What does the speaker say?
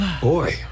Boy